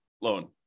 loan